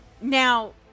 Now